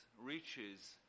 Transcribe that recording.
reaches